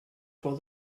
for